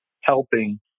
helping